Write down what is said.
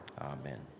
Amen